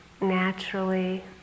naturally